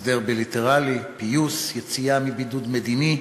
הסדר בילטרלי, פיוס, יציאה מבידוד מדיני,